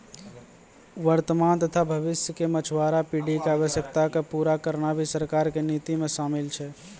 वर्तमान तथा भविष्य के मछुआरा पीढ़ी के आवश्यकता क पूरा करना भी सरकार के नीति मॅ शामिल छै